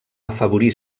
afavorir